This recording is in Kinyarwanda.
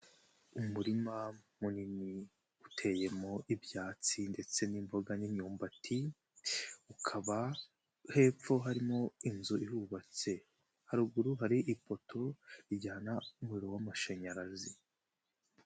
Umurima munini uteyemo ibyatsi ndetse n'imboga n'imyumbati, ukaba hepfo harimo inzu ihubatse haruguru hari ipoto rijyana umuriro w'amashanyarazi.